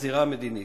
הזירה המדינית.